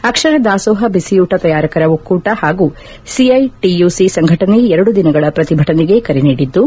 ಅಕ್ಷರ ದಾಸೋಹ ಬಿಸಿಯೂಟ ತಯಾರಕರ ಒಕ್ಕೂಟ ಹಾಗೂ ಸಿಐಟಿಯುಸಿ ಸಂಘಟನೆ ಎರಡು ದಿನಗಳ ಪ್ರತಿಭಟನೆಗೆ ಕರೆ ನೀಡಿದ್ದು